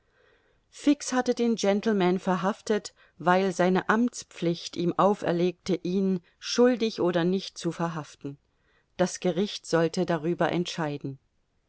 fix hatte den gentleman verhaftet weil seine amtspflicht ihm auferlegte ihn schuldig oder nicht zu verhaften das gericht sollte darüber entscheiden